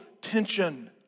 tension